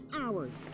hours